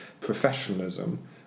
Professionalism